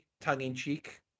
tongue-in-cheek